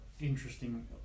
interesting